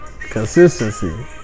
Consistency